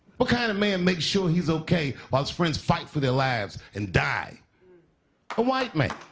what kind of man makes sure he's okay while his friends fight for their lives and die? a white man.